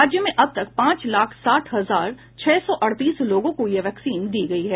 राज्य में अब तक पांच लाख साठ हजार छह सौ अड़तीस लोगों को ये वैक्सीन दी गई है